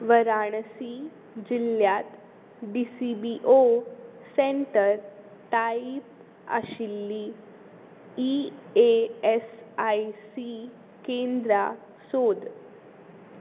वाराणसी जिल्ल्यांत D C B O centre type आशिल्लीं E A S I C केंद्रां सोद